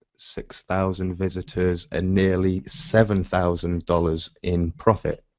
six thousand visitors, and nearly seven thousand dollars in profit.